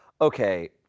Okay